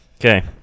okay